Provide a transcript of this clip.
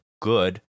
good